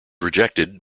rejected